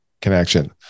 connection